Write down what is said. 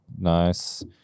nice